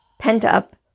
pent-up